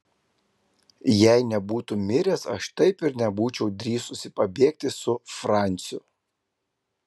jei nebūtų miręs aš taip ir nebūčiau drįsusi pabėgti su franciu